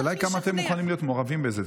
השאלה היא כמה אתם מוכנים להיות מעורבים בזה.